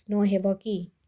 snow ହେବ କି